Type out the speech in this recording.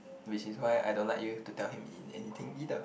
which is why I don't like you to tell him in anything either